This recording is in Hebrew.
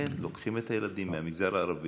לכן לוקחים את הילדים בסיכון מהמגזר הערבי